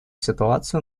ситуацию